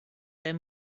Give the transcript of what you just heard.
their